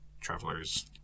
travelers